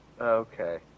Okay